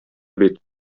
бит